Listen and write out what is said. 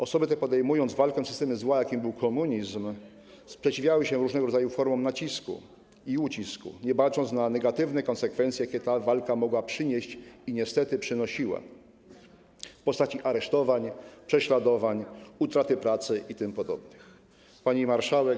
Osoby te, podejmując walkę z systemem zła, jakim był komunizm, sprzeciwiały się różnego rodzaju formom nacisku i ucisku, nie bacząc na negatywne konsekwencje, jakie ta walka mogła przynieść i niestety przynosiła, w postaci aresztowań, prześladowań, utraty pracy itp. Pani Marszałek!